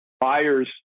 buyers